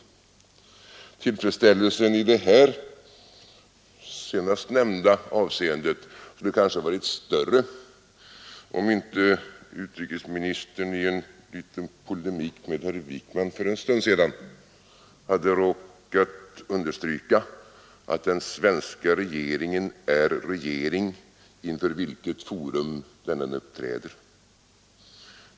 Tillfredsställelsen i det senast nämnda avseendet skulle kanske ha varit större om inte utrikesministern i en liten polemik med herr Wijkman för en stund sedan hade råkat understryka att den svenska regeringen är regering inför vilket forum den än uppträder.